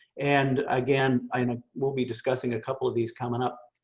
and again, i you know will be discussing a couple of these coming up.